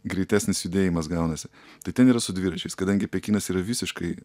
greitesnis judėjimas gaunasi tai ten yra su dviračiais kadangi pekinas yra visiškai